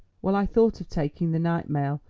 well, i thought of taking the night mail,